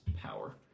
power